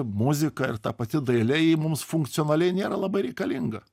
muzika ir ta pati dailė ji mums funkcionaliai nėra labai reikalinga